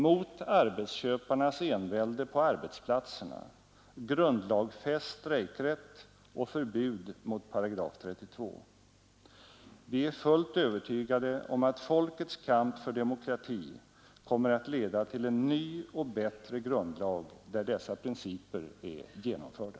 Mot arbetsköparnas envälde på arbetsplatserna — grundlagfäst strejkrätt och förbud mot § 32. Vi är fullt övertygade om att folkets kamp för demokrati kommer att leda till en ny och bättre grundlag, där dessa principer är genomförda.